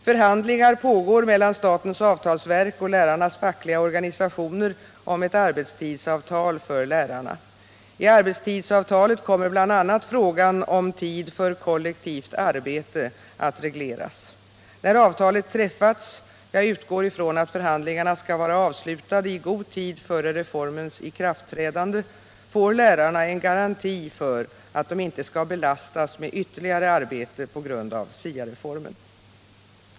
Förhandlingar pågår mellan statens avtalsverk och lärarnas fackliga organisationer om ett arbetstidsavtal för lärarna. I arbetstidsavtalet kommer bl.a. frågan om tid för kollektivt arbete att regleras. När avtalet träffats — jag utgår ifrån att förhandlingarna skall vara avslutade i god tid före reformens ikraftträdande — får lärarna en garanti för att de inte skall belastas med ytterligare arbete på grund av SIA-reformen.